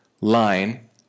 line